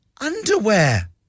Underwear